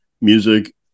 music